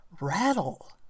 rattle